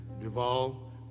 Duvall